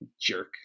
Jerk